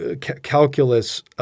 calculus